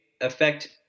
affect